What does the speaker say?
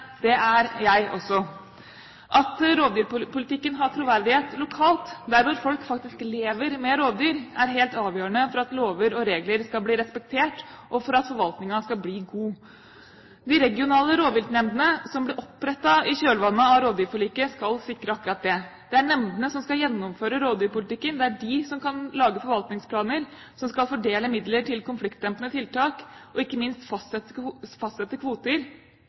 Det er jeg også. At rovdyrpolitikken har troverdighet lokalt, der hvor folk faktisk lever med rovdyr, er helt avgjørende for at lover og regler skal bli respektert, og for at forvaltningen skal bli god. De regionale rovviltnemndene som ble opprettet i kjølvannet av rovdyrforliket, skal sikre akkurat det. Det er nemndene som skal gjennomføre rovdyrpolitikken, det er de som kan lage forvaltningsplaner, det er de som skal fordele midler til konfliktdempende tiltak, og, ikke minst, fastsette kvoter